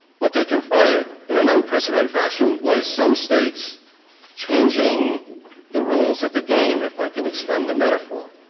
what they confronted in an unprecedented fashion was some states changing the rules of the game, if i can extend the metaphor,